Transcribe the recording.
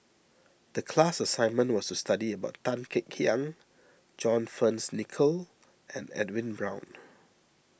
the class assignment was to study about Tan Kek Hiang John Fearns Nicoll and Edwin Brown